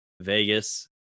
Vegas